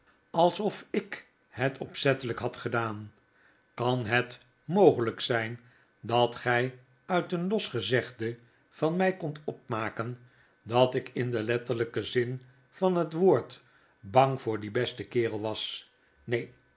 alsof ik het opzettelyk had ge kan het mogelyk zyn dat gij uit een los gezegde van my kondt opmaken dat ik in den letterlijken zin van het woord bang voor dien besten kerel was neen